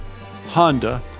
Honda